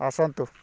ଆସନ୍ତୁ